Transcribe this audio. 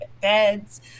beds